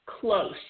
close